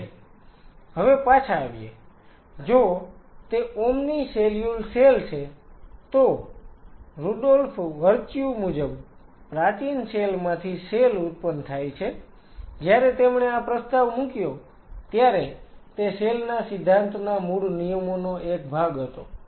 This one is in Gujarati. હવે પાછા આવીએ જો તે ઓમ્ની સેલ્યુલ સેલ છે તો રુડોલ્ફ વર્ચ્યુ મુજબ પ્રાચીન સેલ માંથી સેલ ઉત્પન્ન થાય છે જ્યારે તેમણે આ પ્રસ્તાવ મૂક્યો ત્યારે તે સેલ ના સિદ્ધાંતના મૂળ નિયમોનો એક ભાગ હતો